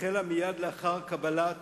החלה מייד לאחר קבלת